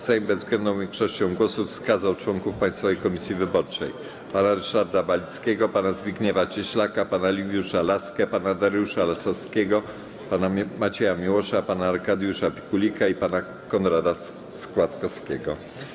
Sejm bezwzględną większością głosów wskazał członków Państwowej Komisji Wyborczej: pana Ryszarda Balickiego, pana Zbigniewa Cieślaka, pana Liwiusza Laskę, pana Dariusza Lasockiego, pana Macieja Miłosza, pana Arkadiusza Pikulika i pana Konrada Składowskiego.